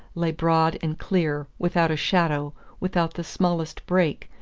lay broad and clear, without a shadow, without the smallest break,